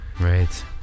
Right